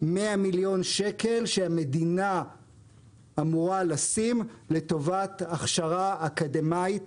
120 מיליון שקל שהמדינה אמורה לשים לטובת הכשרה אקדמאית